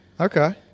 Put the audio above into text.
okay